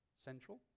Central